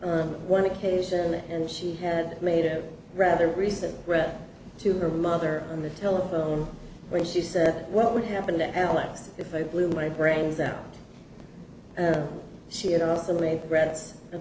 on one occasion and she had made a rather recent threat to her mother on the telephone when she said what would happen to alex if i blew my brains out she had also made gra